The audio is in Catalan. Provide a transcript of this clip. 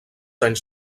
anys